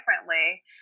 differently